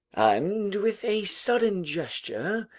and with a sudden gesture,